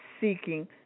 seeking